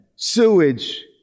Sewage